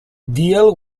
deal